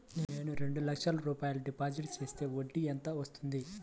నేను రెండు లక్షల డిపాజిట్ చేస్తే వడ్డీ ఎంత వస్తుంది?